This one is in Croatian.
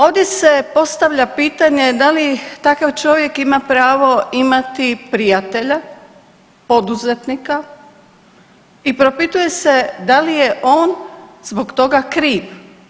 Ovdje se postavlja pitanje da li takav čovjek ima pravo imati prijatelja poduzetnika i propituje se da li je on zbog toga kriv.